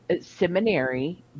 seminary